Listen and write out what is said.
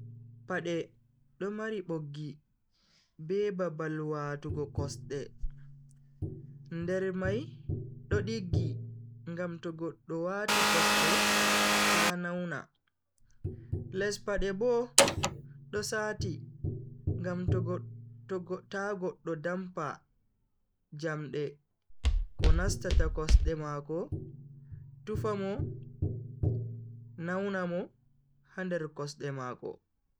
Pade do mari boggi, be babal watugo kosde. nder mai do diggi ngam to goddo wati kosde ta nauna. les pade bo, do saati ngam to god, to, ta goddo dampa jamde ko nastata kosde mako tufa mo nauna mo ha nder kosde mako.